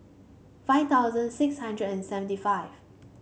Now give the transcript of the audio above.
five thousand six hundred and seventy five